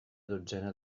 dotzena